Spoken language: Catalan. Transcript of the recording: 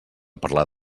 parlar